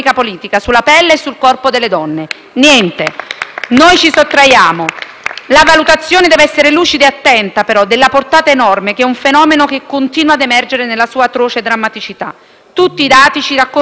dal Gruppo PD)*. La valutazione però deve essere lucida e attenta della portata enorme di un fenomeno che continua a emergere nella sua atroce drammaticità. Tutti i dati ci raccontano di un fenomeno ampio, diffuso e purtroppo strutturale.